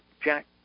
Jack